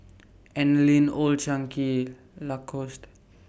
Anlene Old Chang Kee Lacoste